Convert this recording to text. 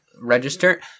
register